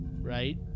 right